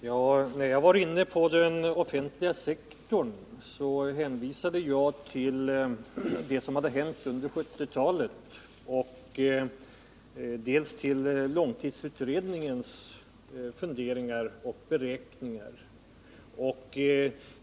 Herr talman! När jag talade om den offentliga sektorn hänvisade jag till vad som hade hänt under 1970-talet och till långtidsutredningens funderingar och beräkningar.